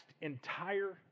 entire